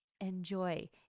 enjoy